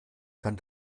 kann